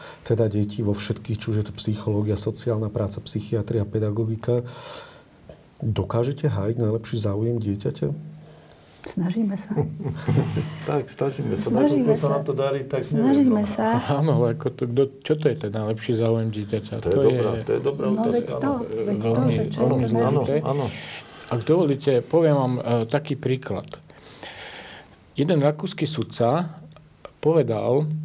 Teda detí vo všetkých, či už je to psychológia, sociálna práca, psychiatria, pedagogika. Dokážete hájiť najlepší záujem dieťaťa? Snažíme sa. Tak, snažíme sa. Tak, Snažíme ako sa sa. nám to darí, tak neviem, Snažíme no. sa. Áno, ale ako to- kdo- čo to je ten najlepší záujem dieťaťa? To je To je- dobrá- to je dobrá No, otázka, veď áno. to- veď veľmi- to, že čo je veľmi to- Áno, zložité. áno, áno. Ak dovolíte, poviem vám, eh, taký príklad. Jeden rakúsky sudca povedal,